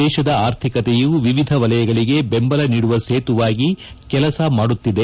ದೇಶದ ಆರ್ಥಿಕತೆಯು ವಿವಿಧ ವಲಯಗಳಿಗೆ ಬೆಂಬಲ ನೀಡುವ ಸೇತುವಾಗಿ ಕೆಲಸ ಮಾಡುತ್ತಿದೆ